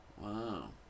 Wow